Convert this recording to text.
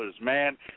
man